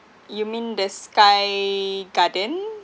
you mean the sky garden